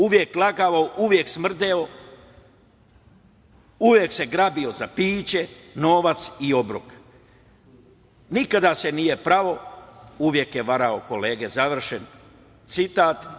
Uvek lagao, uvek smrdeo, uvek se grabio za piće, novac i obrok, nikada se nije prao, uvek je varao kolege“, završen citat.